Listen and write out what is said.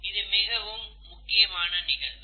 இது மிகவும் முக்கியமான நிகழ்வு